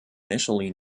initially